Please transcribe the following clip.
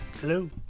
Hello